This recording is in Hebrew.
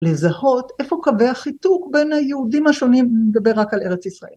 לזהות איפה קווי החיתוך בין היהודים השונים, נדבר רק על ארץ ישראל.